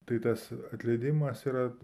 tai tas atleidimas yra